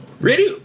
Ready